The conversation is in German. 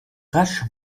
rasch